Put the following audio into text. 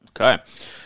Okay